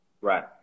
Right